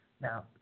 Now